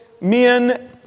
men